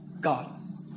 God